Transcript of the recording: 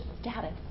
status